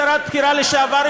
שרה בכירה לשעבר,